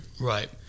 right